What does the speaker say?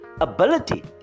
ability